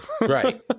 Right